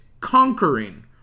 conquering